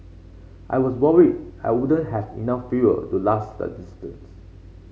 I was worried I wouldn't have enough fuel to last the distance